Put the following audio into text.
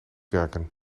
werken